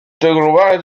globales